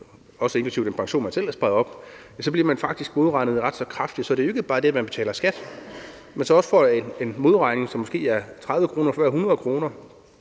så også er inklusive den pension, man selv har sparet op – faktisk bliver modregnet ret så kraftigt. Så det er jo ikke bare det, at man betaler skat, men man får også en modregning, som måske er 30 kr. for hver 100 kr.